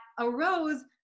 arose